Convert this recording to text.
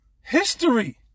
history